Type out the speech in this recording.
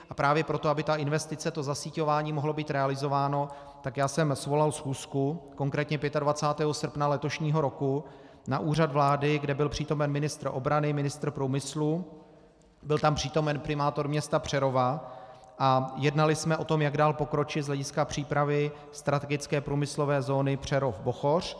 A právě proto, aby ta investice, to zasíťování mohlo být realizováno, svolal jsem schůzku, konkrétně 25. srpna letošního roku, na úřad vlády, kde byl přítomen ministr obrany, ministr průmyslu, byl tam přítomen primátor města Přerova a jednali jsme o tom, jak dál pokročit z hlediska přípravy strategické průmyslové zóny PřerovBochoř.